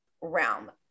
realm